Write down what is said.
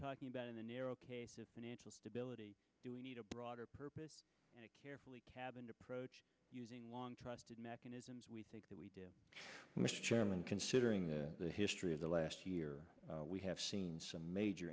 talking about in the narrow case to financial stability do we need a broader purpose carefully cabin approach using long trusted mechanisms we think that we did mr chairman considering the history of the last year we have seen some major